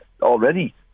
already